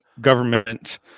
government